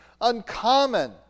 uncommon